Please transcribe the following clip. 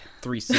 three